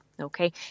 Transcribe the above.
okay